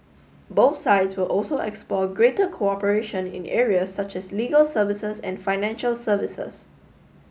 both sides will also explore greater cooperation in areas such as legal services and financial services